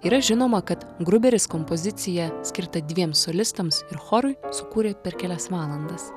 yra žinoma kad gruberis kompoziciją skirtą dviems solistams ir chorui sukūrė per kelias valandas